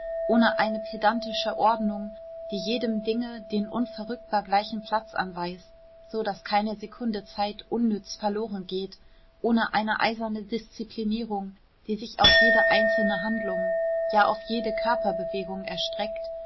ohne eine pedantische ordnung die jedem dinge den unverrückbar gleichen platz anweist so daß keine sekunde zeit unnütz verloren geht ohne eine eiserne disziplinierung die sich auf jede einzelne handlung ja auf jede körperbewegung erstreckt